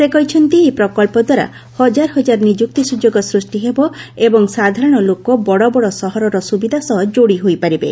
ସେ କହିଛନ୍ତି ଏହି ପ୍ରକଳ୍ପଦ୍ୱାରା ହଜାର ହଜାର ନିଯୁକ୍ତି ସୁଯୋଗ ସୃଷ୍ଟି ହେବ ଏବଂ ସାଧାରଣ ଲୋକ ବଡ଼ ବଡ଼ ସହରର ସୁବିଧା ସହ ଯୋଡ଼ି ହୋଇପାରିବେ